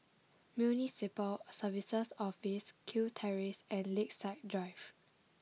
Municipal Services Office Kew Terrace and Lakeside Drive